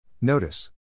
Notice